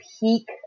peak